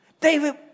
David